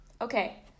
okay